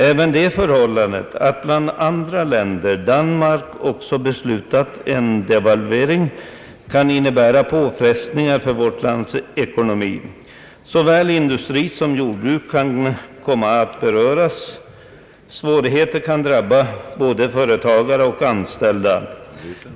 Även det förhållandet att bland andra länder Danmark också beslutat en devalvering kan innebära påfrestningar för vårt lands ekonomi, Såväl industri som jordbruk kan komma att beröras, Svårigheter kan drabba både företagare och anställda.